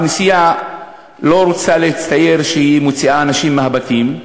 הכנסייה לא רוצה להצטייר כמי שמוציאה אנשים מהבתים,